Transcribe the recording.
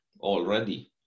already